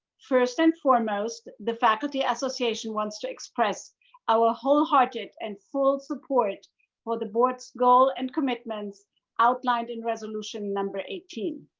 first and foremost, the faculty association wants to express our wholehearted and full support for the board's goal and commitments outlined in resolution no. eighteen.